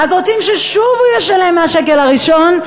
רוצים ששוב הוא ישלם מהשקל הראשון,